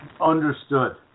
Understood